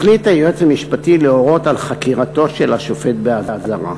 החליט היועץ המשפטי להורות על חקירתו של השופט באזהרה.